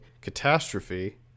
catastrophe